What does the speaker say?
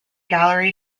gallery